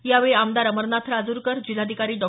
यावेळी आमदार अमरनाथ राजूरकर जिल्हाधिकारी डॉ